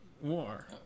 War